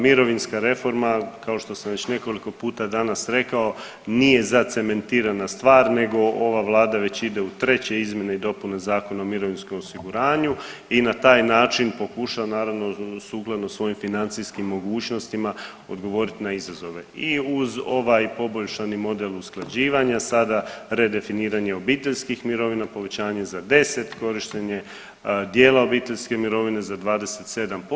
Mirovinska reforma kao što sam već nekoliko puta danas rekao nije zacementirana stvar, nego ova Vlada već ide u treće izmjene i dopune zakona o mirovinskom osiguranju i na taj način pokušava naravno sukladno svojim financijskim mogućnostima odgovoriti na izazove i uz ovaj poboljšani model usklađivanja sada redefiniranje obiteljskih mirovina, povećanje za 10, korištenje dijela obiteljske mirovine za 27%